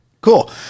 Cool